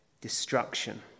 destruction